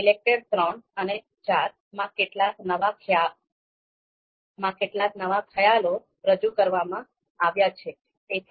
ઈલેકટેર III અને IV માં કેટલાક નવા ખ્યાલો રજૂ કરવામાં આવ્યા છે